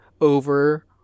over